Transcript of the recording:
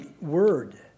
word